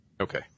Okay